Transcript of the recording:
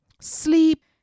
sleep